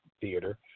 Theater